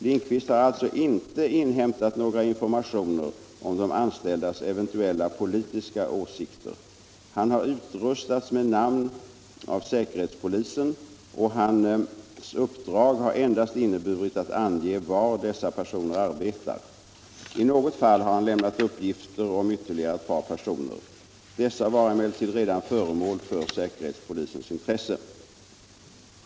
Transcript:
Lindqvist har alltså inte inhämtat några informationer om de anställdas eventuella politiska åsikter. Han har utrustats med namn av säkerhetspolisen, och hans uppdrag har endast inneburit att ange var dessa personer arbetar. I något fall har han lämnat uppgifter om ytterligare ett par personer. Dessa var emellertid redan föremål för säkerhetspolisens intresse.